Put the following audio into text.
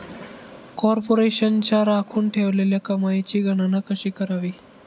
कॉर्पोरेशनच्या राखून ठेवलेल्या कमाईची गणना कशी करावी